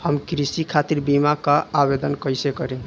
हम कृषि खातिर बीमा क आवेदन कइसे करि?